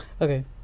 Okay